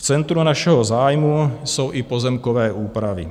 V centru našeho zájmu jsou i pozemkové úpravy.